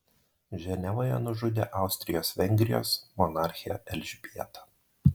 ženevoje nužudė austrijos vengrijos monarchę elžbietą